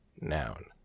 Noun